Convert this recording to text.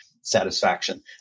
satisfaction